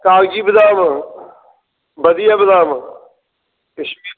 कागज़ी बादाम बधिया बदाम कश्मीरी